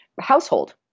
household